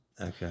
Okay